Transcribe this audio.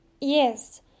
Yes